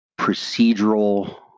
procedural